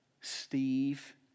Steve